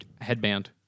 headband